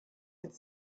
could